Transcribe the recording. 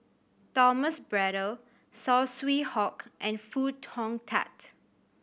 Thomas Braddell Saw Swee Hock and Foo Hong Tatt